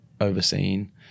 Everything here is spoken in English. overseen